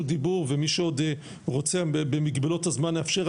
דיבור ומי שעוד רוצה במגבלות הזמן נאפשר,